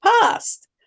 past